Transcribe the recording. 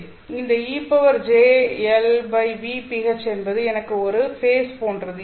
இந்த e jωLv ph என்பது எனக்கு ஒரு ஃபேஸ் போன்றது